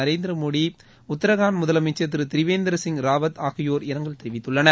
நரேந்திரமோடி உத்தரகாண்ட் முதலமைச்சர் திரு திரிவேந்திரசிங் ராவத் ஆகியோர் இரங்கல் தெரிவித்துள்ளனர்